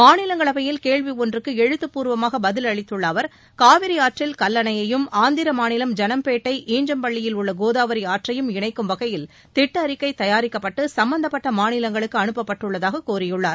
மாநிலங்களவையில் கேள்வி ஒன்றுக்கு எழுத்துப்பூர்வமாக பதிலளித்துள்ள அவர் காவிரி ஆற்றில் கல்லணையையும் ஆந்திர மாநிலம் ஜனம்பேட்டை ஈஞ்சம்பள்ளியில் உள்ள கோதாவரி ஆற்றையும் இணைக்கும் வகையில் திட்ட அறிக்கை தயாரிக்கப்பட்டு சும்பந்தப்பட்ட மாநிலங்களுக்கு அனுப்பப்பட்டுள்ளதாக கூறியுள்ளார்